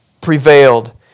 prevailed